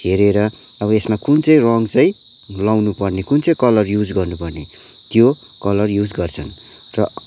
हेरेर अब यसमा कुन चाहिँ रङ्ग चाहिँ लगाउनुपर्ने कुन चाहिँ कलर युज गर्नुपर्ने त्यो कलर युज गर्छन् र